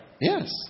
Yes